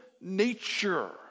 nature